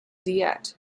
diet